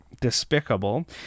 despicable